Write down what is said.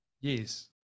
Yes